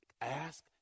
Ask